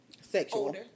sexual